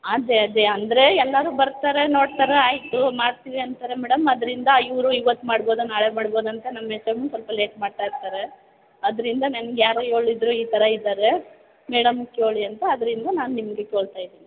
ಅದೇ ಅದೇ ಅಂದರೆ ಎಲ್ಲರೂ ಬರ್ತಾರೆ ನೋಡ್ತಾರೆ ಆಯಿತು ಮಾಡ್ತೀವಿ ಅಂತಾರೆ ಮೇಡಮ್ ಅದರಿಂದ ಇವರು ಇವತ್ತು ಮಾಡ್ಬೋದು ನಾಳೆ ಮಾಡ್ಬೋದು ಅಂತ ನಮ್ಮ ಎಚ್ ಎಮ್ಮು ಸ್ವಲ್ಪ ಲೇಟ್ ಮಾಡ್ತಾ ಇರ್ತಾರೆ ಅದರಿಂದ ನಂಗೆ ಯಾರೋ ಹೇಳಿದ್ರು ಈ ಥರ ಇದ್ದಾರೆ ಮೇಡಮ್ಗೆ ಕೇಳಿ ಅಂತ ಅದರಿಂದ ನಾನು ನಿಮಗೆ ಕೇಳ್ತಾ ಇದ್ದೀನಿ